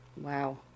Wow